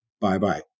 Bye-bye